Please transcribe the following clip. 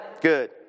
Good